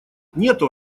нету